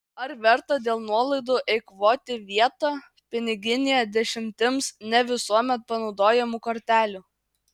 ar verta dėl nuolaidų eikvoti vietą piniginėje dešimtims ne visuomet panaudojamų kortelių